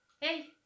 Hey